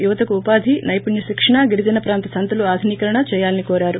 యువతకు ఉపాది సైపుణ్య శిక్షణ గిరిజన ప్రాంత సంతలు అధినీకరణ చేయాలని కోరారు